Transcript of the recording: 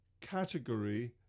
category